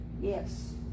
Yes